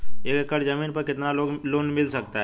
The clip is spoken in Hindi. एक एकड़ जमीन पर कितना लोन मिल सकता है?